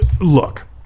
Look